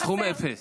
סכום אפס.